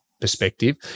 perspective